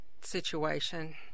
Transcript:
situation